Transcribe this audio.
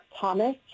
Thomas